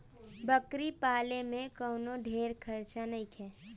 बकरी के पाले में कवनो ढेर खर्चा नईखे